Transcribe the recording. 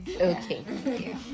Okay